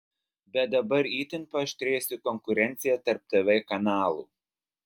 bet dabar itin paaštrėjusi konkurencija tarp tv kanalų